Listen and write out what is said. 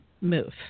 move